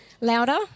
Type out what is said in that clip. Louder